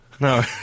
No